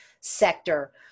sector